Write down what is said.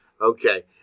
Okay